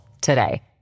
today